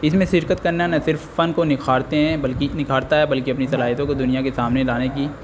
اس میں شرکت کرنا نہ صرف فن کو نکھارتے ہیں بلکہ نکھارتا ہے بلکہ اپنی صلاحیتوں کو دنیا کے سامنے لانے کی